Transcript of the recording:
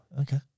Okay